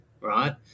right